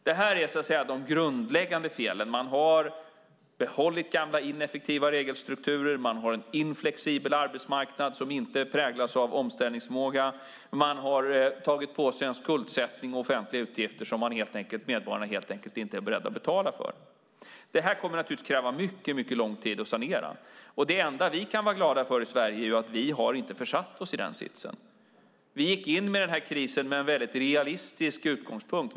Det här är de grundläggande felen. Man har behållit gamla, ineffektiva regelstrukturer. Man har en inflexibel arbetsmarknad som inte präglas av omställningsförmåga. Man har tagit på sig en skuldsättning i offentliga utgifter som medborgarna helt enkelt inte är beredda att betala för. Det här kommer naturligtvis att kräva mycket lång tid att sanera. Det enda vi kan vara glada för i Sverige är att vi inte har försatt oss i den sitsen. Vi gick in i krisen med en väldigt realistisk utgångspunkt.